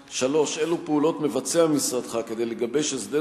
3. אילו פעולות מבצע משרדך כדי לגבש הסדר